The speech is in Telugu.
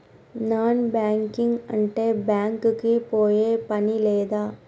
నాన్ బ్యాంకింగ్ అంటే బ్యాంక్ కి పోయే పని లేదా?